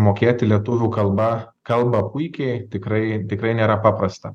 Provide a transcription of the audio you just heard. mokėti lietuvių kalba kalba puikiai tikrai tikrai nėra paprasta